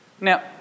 Now